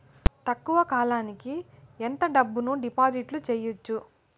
తక్కువ కాలానికి ఎంత డబ్బును డిపాజిట్లు చేయొచ్చు?